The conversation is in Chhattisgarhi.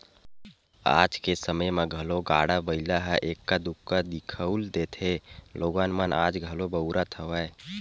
आज के समे म घलो गाड़ा बइला ह एक्का दूक्का दिखउल देथे लोगन मन आज घलो बउरत हवय